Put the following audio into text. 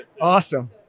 Awesome